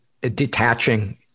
detaching